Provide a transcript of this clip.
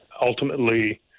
ultimately